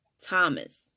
Thomas